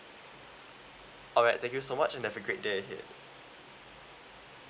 alright thank you so much and have a great day ahead